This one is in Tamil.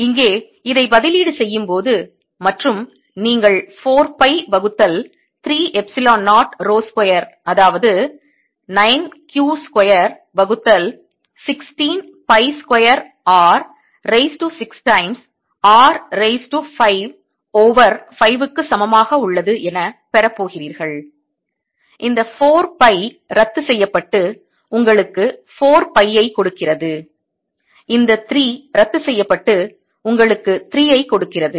இங்கே இதை பதிலீடு செய்யும்போது மற்றும் நீங்கள் 4 பை வகுத்தல் 3 எப்சிலோன் 0 ரோ ஸ்கொயர் அதாவது 9 Q ஸ்கொயர் வகுத்தல் 16 pi square R raise to 6 times R raise to 5 over 5 க்கு சமமாக உள்ளது என பெறப் போகிறீர்கள் இந்த 4 பை ரத்து செய்யப்பட்டு உங்களுக்கு 4 பை ஐ கொடுக்கிறது இந்த 3 ரத்து செய்யப்பட்டு உங்களுக்கு 3 ஐ கொடுக்கிறது